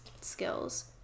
skills